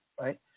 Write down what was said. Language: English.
right